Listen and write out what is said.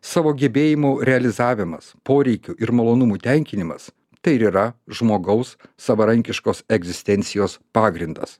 savo gebėjimų realizavimas poreikių ir malonumų tenkinimas tai ir yra žmogaus savarankiškos egzistencijos pagrindas